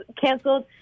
canceled